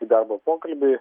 į darbo pokalbį